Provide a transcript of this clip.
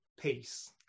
peace